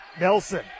Nelson